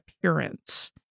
appearance